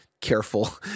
careful